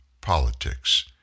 politics